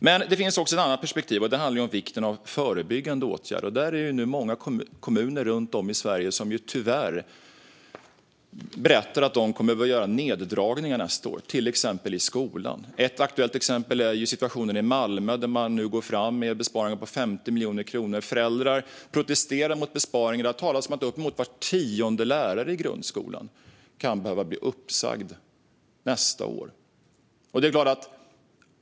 Men det finns också ett annat perspektiv, och det handlar om vikten av förebyggande åtgärder. Tyvärr är det nu många kommuner runt om i Sverige som berättar att de behöver göra neddragningar nästa år, till exempel i skolan. Ett aktuellt exempel är situationen i Malmö, där man nu går fram med besparingar på 50 miljoner kronor. Föräldrar protesterar mot besparingarna. Det har talats om att uppemot var tionde lärare i grundskolan kan behöva bli uppsagd nästa år.